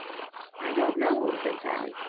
i don't know, said sally,